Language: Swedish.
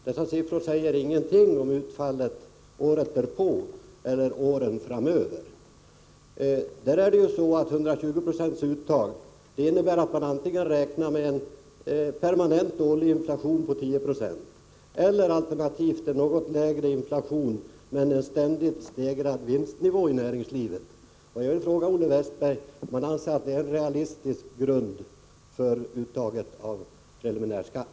Dessa siffror säger ingenting om utfallet året därpå eller åren framöver. Det är ju så att ett uttag på 120 26 innebär att man antingen räknar med en permanent årlig inflation på 10 96 eller alternativt en något lägre inflation, men en ständigt stegrad vinstnivå i näringslivet. Jag vill fråga Olle Westberg om han anser att detta är en realistisk grund för uttaget av preliminärskatt.